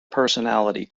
personality